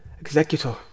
executor